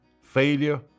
Failure